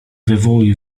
wywołuj